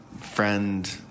friend